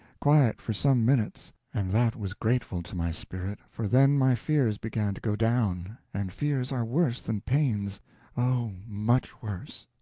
quiet for some minutes, and that was grateful to my spirit, for then my fears began to go down and fears are worse than pains oh, much worse.